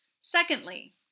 Secondly